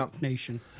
nation